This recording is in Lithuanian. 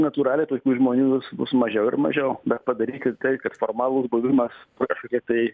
natūraliai tokių žmonių vis bus mažiau ir mažiau bet padaryti tai kad formalus buvimas kažkokioj tai